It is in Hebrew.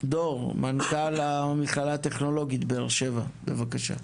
דור מנכ"ל המכללה הטכנולוגית באר שבע בבקשה.